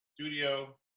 studio